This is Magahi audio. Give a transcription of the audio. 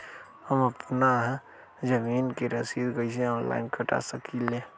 हम अपना जमीन के रसीद कईसे ऑनलाइन कटा सकिले?